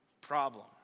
problem